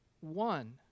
one